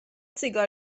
سیگار